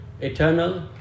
eternal